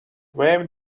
weave